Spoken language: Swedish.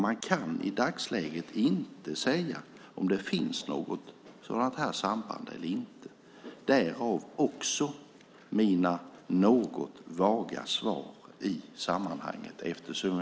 Man kan i dagsläget inte säga om det finns något sådant här samband eller inte - därav också mina något vaga svar i sammanhanget.